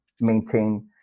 maintain